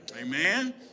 Amen